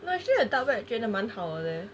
no actually the dark web 我觉得蛮好的 leh